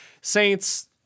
saints